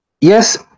yes